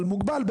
אבל מוגבל,